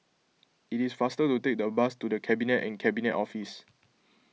it is faster to take the bus to the Cabinet and Cabinet Office